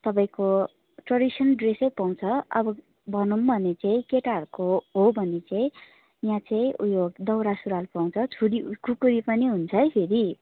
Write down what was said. तपाईँको ट्रेडिसन ड्रेसै पाउँछ अब भनौँ भने चाहिँ केटाहरूको हो भने चाहिँ यहाँ चाहिँ उयो दौरा सुरुवाल पाउँछ छुरी खुकुरी पनि हुन्छ है फेरि